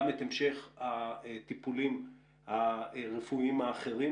גם את המשך הטיפולים הרפואיים האחרים,